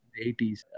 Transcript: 80s